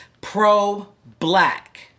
Pro-black